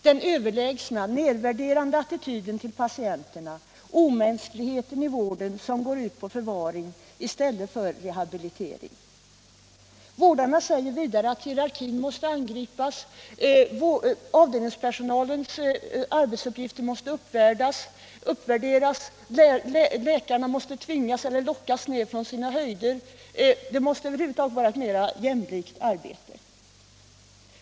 Den överlägsna, nedvärderande attityden till patienterna, omänskligheten i vården som går ut på förvaring i stället för rehabilitering.” Vårdarna säger vidare att hierarkin måste angripas, avdelningspersonalens uppgifter måste uppvärderas, läkarna måste tvingas eller lockas ner från sina höjder, och det måste över huvud taget vara ett mera jämlikt arbete.